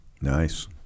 Nice